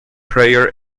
prayer